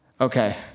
okay